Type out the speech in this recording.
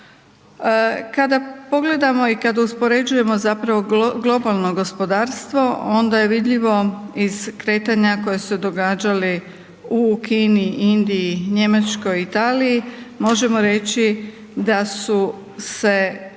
Kada pogledamo i kada uspoređujemo globalno gospodarstvo onda je vidljivo iz kretanja koja su se događala u Kini, Indiji, Njemačkoj, Italiji možemo reći da su se